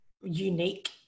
unique